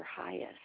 highest